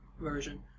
version